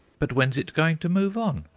but when's it going to move on?